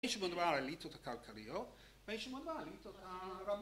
מי שמדובר על עיתות הכלכליות, מי שמדובר על עיתות הרבות